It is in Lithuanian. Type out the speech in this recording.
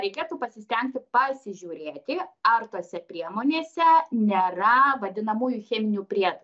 reikėtų pasistengti pasižiūrėti ar tose priemonėse nėra vadinamųjų cheminių priedų